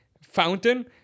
fountain